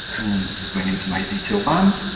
and this is going into my detail band.